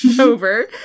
over